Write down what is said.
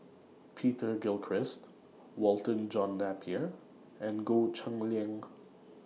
Peter Gilchrist Walter John Napier and Goh Cheng Liang